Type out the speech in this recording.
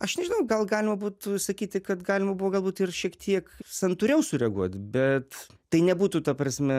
aš nežinau gal galima būtų sakyti kad galima buvo galbūt ir šiek tiek santūriau sureaguot bet tai nebūtų ta prasme